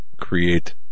create